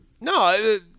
No